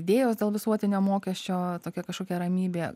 idėjos dėl visuotinio mokesčio tokia kažkokia ramybė